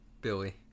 billy